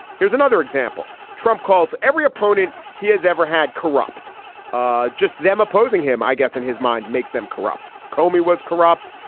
here's another example. trump calls every opponent he has ever had corrupt ah just them opposing him. i guess in his mind makes them corrupt. komi was corrupt.